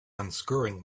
unscrewing